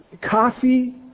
coffee